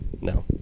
No